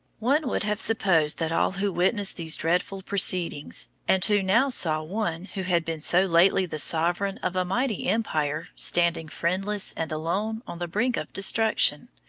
one would have supposed that all who witnessed these dreadful proceedings, and who now saw one who had been so lately the sovereign of a mighty empire standing friendless and alone on the brink of destruction,